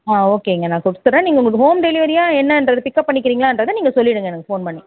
ஆ ஓகேங்க நான் கொடுத்துட்றேன் நீங்கள் உங்களுக்கு ஹோம் டெலிவரியா என்னான்றது பிக்கப் பண்ணிக்கிறீங்களான்றதை நீங்கள் சொல்லிவிடுங்க எனக்கு ஃபோன் பண்ணி